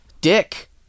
dick